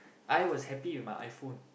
I was happy with my iPhone